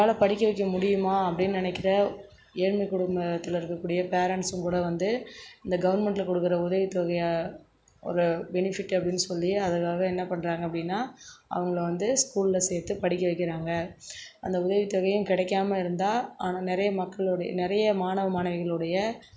நம்பளால் படிக்க வைக்க முடியுமா அப்படினு நினைக்கிற ஏழ்மை குடும்பத்தில் இருக்கக்கூடிய பேரண்ட்ஸும் கூட வந்து இந்த கவர்ன்மெண்ட்டில் கொடுக்கற உதவித் தொகையை ஒரு பெனிஃபிட் அப்படினு சொல்லி அதற்காக என்ன பண்ணுறாங்க அப்படினா அவங்களை வந்து ஸ்கூலில் சேர்த்து படிக்க வைக்கிறாங்க அந்த உதவித் தொகையும் கிடைக்காம இருந்தால் ஆன நிறைய மக்களுடைய நிறைய மாணவ மாணவிகளுடைய